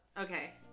Okay